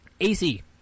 AC